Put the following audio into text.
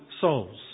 souls